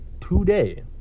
today